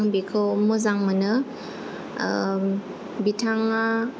आं बेखौ मोजां मोनो बिथाङा